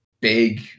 big